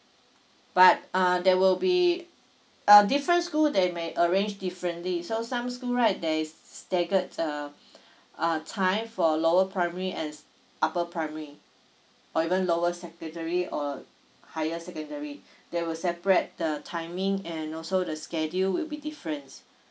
but uh they will be uh different school they may arrange differently so some school right they is staggered uh a time for lower primary as upper primary or even lower secondary or higher secondary they will separate the timing and also the schedule will be difference